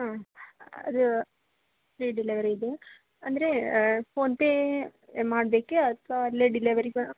ಹಾಂ ಅದು ಫ್ರಿ ಡೆಲೆವರಿದು ಅಂದರೆ ಫೋನ್ಪೇ ಮಾಡಬೇಕೇ ಅಥ್ವಾ ಅಲ್ಲೇ ಡಿಲೆವರಿಗೆ